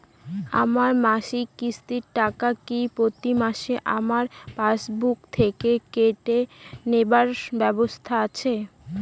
আমার মাসিক কিস্তির টাকা কি প্রতিমাসে আমার পাসবুক থেকে কেটে নেবার ব্যবস্থা আছে?